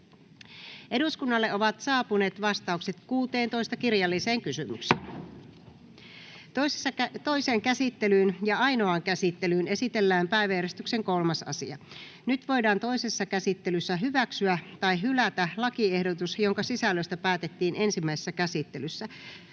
väliaikaisesta muuttamisesta Time: N/A Content: Toiseen käsittelyyn ja ainoaan käsittelyyn esitellään päiväjärjestyksen 3. asia. Nyt voidaan toisessa käsittelyssä hyväksyä tai hylätä lakiehdotus, jonka sisällöstä päätettiin ensimmäisessä käsittelyssä.